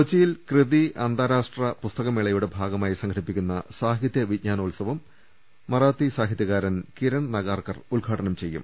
കൊച്ചിയിൽ കൃതി അന്താരാഷ്ട്ര പുസ്തക മേളയുടെ ഭാഗമായി സംഘടിപ്പിക്കുന്ന സാഹിത്യ വിജ്ഞാനോത്സവം മറാത്തി സാഹിത്യ കാരൻ കിരൺ നഗാർക്കർ ഉദ്ഘാടനം ചെയ്യും